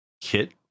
kit